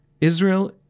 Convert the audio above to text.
Israel